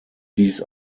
dies